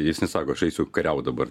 jis nesako aš eisiu kariaut dabar